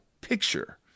picture